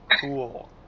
cool